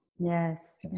Yes